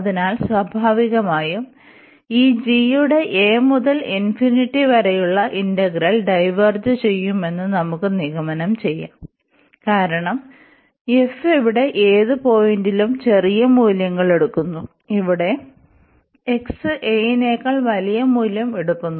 അതിനാൽ സ്വാഭാവികമായും ഈ g യുടെ a മുതൽ വരെയുള്ള ഇന്റഗ്രൽ ഡൈവേർജ് ചെയ്യുമെന്നു നമുക്ക് നിഗമനം ചെയ്യാം കാരണം f ഇവിടെ ഏത് പോയിന്റ്ലും ചെറിയ മൂല്യങ്ങൾ എടുക്കുന്നു ഇവിടെ x a നേക്കാൾ വലിയ മൂല്യം എടുക്കുന്നു